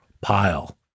pile